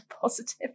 positive